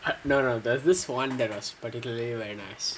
no no there's this [one] that was particularly very nice